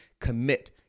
Commit